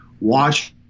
watch